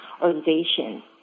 organization